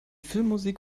filmmusik